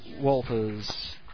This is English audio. Walters